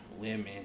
women